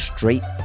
Straight